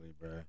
bro